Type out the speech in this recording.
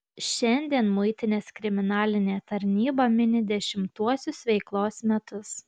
šiandien muitinės kriminalinė tarnyba mini dešimtuosius veiklos metus